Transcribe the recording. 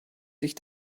sich